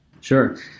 Sure